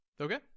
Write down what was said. Okay